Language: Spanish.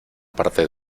parte